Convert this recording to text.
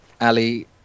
Ali